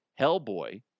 Hellboy